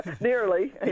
Nearly